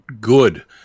good